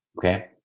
okay